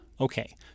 Okay